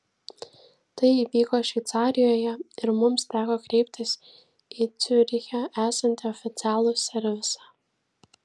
tai įvyko šveicarijoje ir mums teko kreiptis į ciuriche esantį oficialų servisą